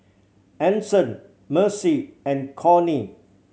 Anson Mercy and Conner